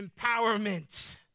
empowerment